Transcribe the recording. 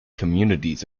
communities